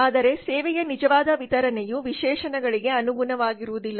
ಆದರೆ ಸೇವೆಯ ನಿಜವಾದ ವಿತರಣೆಯು ವಿಶೇಷಣಗಳಿಗೆ ಅನುಗುಣವಾಗಿರುವುದಿಲ್ಲ